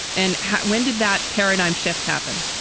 and when did that paradigm shift happen?